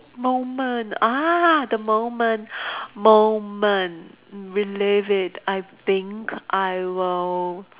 moment ah the moment moment relive it I think I will